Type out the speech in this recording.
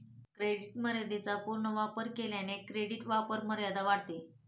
credit मर्यादेचा पूर्ण वापर केल्याने क्रेडिट वापरमर्यादा वाढते